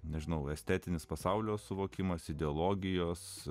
nežinau estetinis pasaulio suvokimas ideologijos